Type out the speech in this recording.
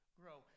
grow